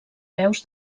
peus